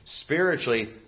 spiritually